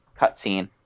cutscene